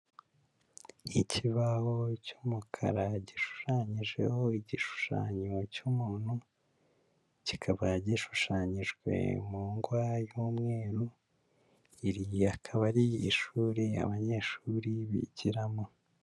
Ikibaho cy'umukara gishushanyijeho igishushanyo cy'umuntu, kikaba gishushanyijwe mu ngwa y'umweru, iri akaba ari ishuri abanyeshuri bigiramo.